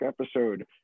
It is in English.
episode